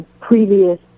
previous